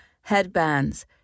headbands